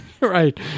Right